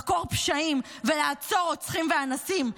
לחקור פשעים ולעצור רוצחים ואנסים.